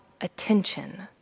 attention